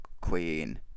queen